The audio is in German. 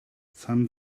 san